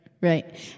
Right